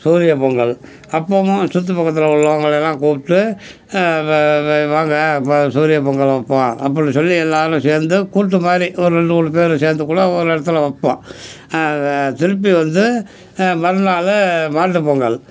சூரிய பொங்கல் அப்பவும் சுற்று பக்கத்தில் உள்ளவர்களெல்லாம் கூப்பிட்டு வாங்க இப்போ சூரிய பொங்கல் வைப்போம் அப்படின்னு சொல்லி எல்லாேரும் சேர்ந்து கூட்டு மாதிரி ஒரு ரெண்டு மூணு பேர் சேர்ந்து கூட ஒரு இடத்துல வைப்போம் த திருப்பி வந்து மறுநாள் மாட்டு பொங்கல்